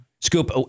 Scoop